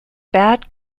bad